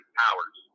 powers